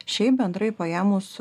šiaip bendrai paėmus